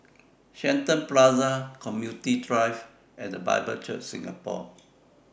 Shenton Plaza Computing Drive and The Bible Church Singapore